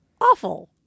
awful